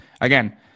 again